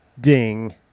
ding